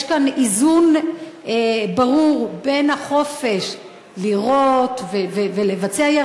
יש כאן איזון ברור בין החופש לירות ולבצע ירי